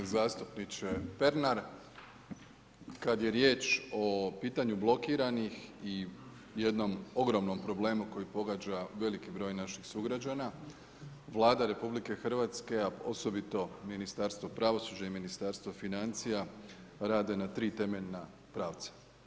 Zastupniče Pernar, kad je riječ o pitanju blokiranih i jednom ogromnom problemu koji pogađa veliki broj naših sugrađana, Vlada RH a osobito Ministarstva pravosuđa i Ministarstva financija rade na tri temeljna pravca.